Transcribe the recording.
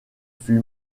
fut